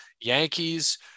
Yankees